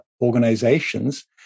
organizations